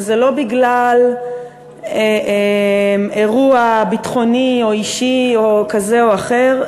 וזה לא בגלל אירוע ביטחוני או אישי כזה או אחר,